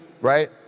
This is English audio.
right